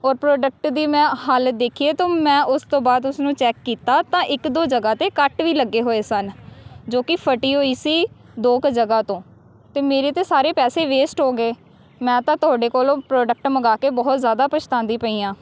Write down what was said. ਔਰ ਪ੍ਰੋਡਕਟ ਦੀ ਮੈਂ ਹਾਲਤ ਦੇਖੀ ਹੈ ਅਤੇ ਮੈਂ ਉਸ ਤੋਂ ਬਾਅਦ ਉਸਨੂੰ ਚੈੱਕ ਕੀਤਾ ਤਾਂ ਇੱਕ ਦੋ ਜਗ੍ਹਾ 'ਤੇ ਕੱਟ ਵੀ ਲੱਗੇ ਹੋਏ ਸਨ ਜੋ ਕਿ ਫਟੀ ਹੋਈ ਸੀ ਦੋ ਕੁ ਜਗ੍ਹਾ ਤੋਂ ਅਤੇ ਮੇਰੇ ਤਾਂ ਸਾਰੇ ਪੈਸੇ ਵੇਸਟ ਹੋ ਗਏ ਮੈਂ ਤਾਂ ਤੁਹਾਡੇ ਕੋਲੋਂ ਪ੍ਰੋਡਕਟ ਮੰਗਵਾ ਕੇ ਬਹੁਤ ਜ਼ਿਆਦਾ ਪਛਤਾਉਂਦੀ ਪਈ ਹਾਂ